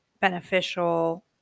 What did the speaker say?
beneficial